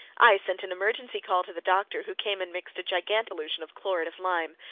i sent an emergency call to the doctor who came and mixed a gigantic solution of chlorid of lime.